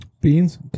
beans